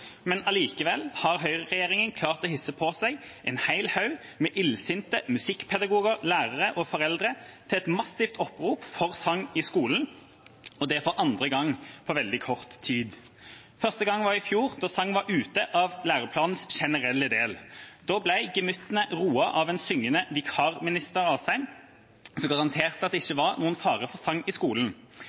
Men allikevel har høyreregjeringa klart å hisse på seg en hel haug med illsinte musikkpedagoger, lærere og foreldre til et massivt opprop for sang i skolen – og det for andre gang på veldig kort tid. Første gang var i fjor, da sang var ute av «læreplanens generelle del». Da ble gemyttene roet av en syngende vikarminister Asheim, som garanterte at det ikke var noen fare for sangen i